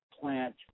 plant